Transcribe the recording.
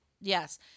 Yes